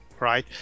right